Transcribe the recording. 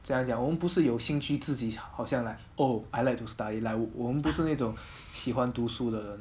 怎样讲我们不是有兴趣自己好像 like oh I like to study like 我们不是那种喜欢读书的人